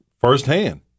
firsthand